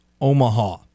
Omaha